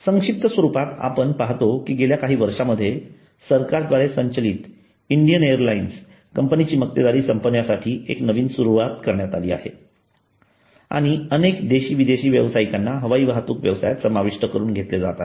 संक्षिप्त स्वरूपात आपण पाहतो की गेल्या काही वर्षांमध्ये सरकारद्वारे संचालित इंडियन एअरलाईन कंपनीची मक्तेदारी संपवण्यासाठी एक नवीन सुरुवात करण्यात आली आहे आणि अनेक देशी विदेशी व्यवसायिकांना हवाई वाहतूक व्यवसायात समाविष्ट करून घेतले आहे